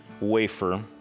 wafer